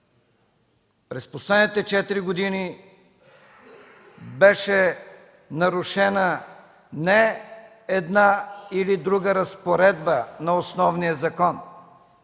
През последните четири години беше нарушена не една или друга разпоредба на основния закон,